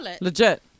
legit